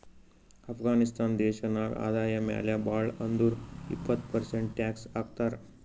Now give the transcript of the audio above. ಅಫ್ಘಾನಿಸ್ತಾನ್ ದೇಶ ನಾಗ್ ಆದಾಯ ಮ್ಯಾಲ ಭಾಳ್ ಅಂದುರ್ ಇಪ್ಪತ್ ಪರ್ಸೆಂಟ್ ಟ್ಯಾಕ್ಸ್ ಹಾಕ್ತರ್